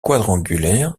quadrangulaire